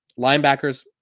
Linebackers